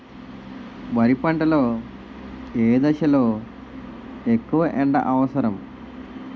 వరి పంట లో ఏ దశ లొ ఎక్కువ ఎండా అవసరం?